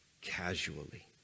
casually